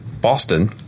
Boston